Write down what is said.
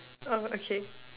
oh okay